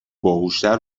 باهوشتر